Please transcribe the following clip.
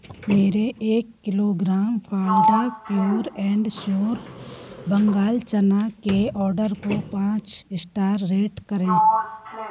मेरे एक किलोग्राम फालडा प्योर एंड श्योर बंगाल चना के ऑर्डर को पाँच श्टार रेट करें